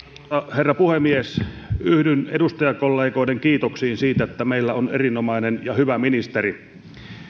herra puhemies yhdyn edustajakollegoiden kiitoksiin siitä että meillä on erinomainen ja hyvä ministeri